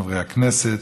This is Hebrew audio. חברי הכנסת,